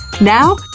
Now